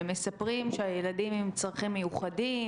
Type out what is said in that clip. הם מספרים שאת הילדים עם הצרכים המיוחדים,